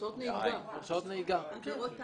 עבירות תעבורה.